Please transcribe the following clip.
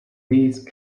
these